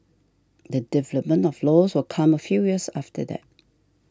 the development of laws will come a few years after that